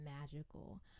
magical